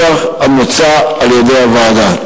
בנוסח המוצע על-ידי הוועדה.